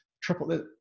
triple